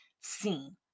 seen